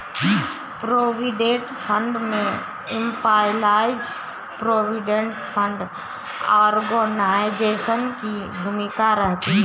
provident fund में employees provident fund organisation की भूमिका रहती है